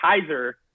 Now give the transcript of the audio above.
Kaiser